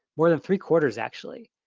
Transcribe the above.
more than three quarters, actually.